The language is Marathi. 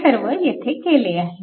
हे सर्व येथे केले आहे